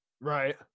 right